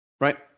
Right